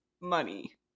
money